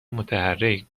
متحرک